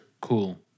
cool